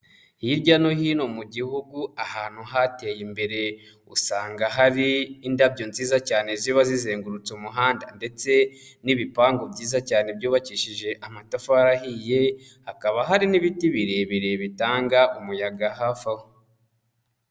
Hirya no hino mu gihugu ahantu hateye imbere usanga hari indabyo nziza cyane ziba zizengurutse umuhanda ndetse n'ibipangu byiza cyane byubakishije amatafari ahiye, hakaba hari n'ibiti birebire bitanga umuyaga hafi aho.